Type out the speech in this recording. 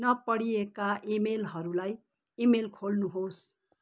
नपढिएका इमेलहरूलाई इमेल खोल्नुहोस्